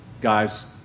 guys